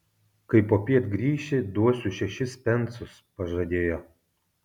kai popiet grįši duosiu šešis pensus pažadėjo